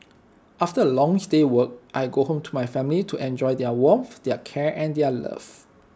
after A longs day work I go home to my family to enjoy their warmth their care and their love